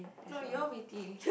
no you're witty